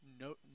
no